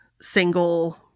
single